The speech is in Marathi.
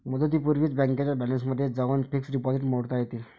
मुदतीपूर्वीच बँकेच्या बॅलन्समध्ये जाऊन फिक्स्ड डिपॉझिट मोडता येते